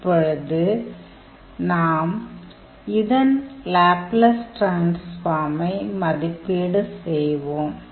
இப்பொழுது நாம் இதன் லேப்லஸ் டிரான்ஸ்ஃபார்மை மதிப்பீடு செய்வோம்